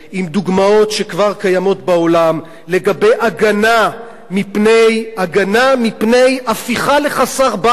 עם דוגמאות שכבר קיימות בעולם לגבי הגנה מפני הפיכה לחסר-בית.